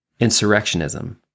Insurrectionism